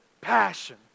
passion